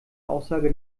aussage